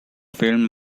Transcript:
film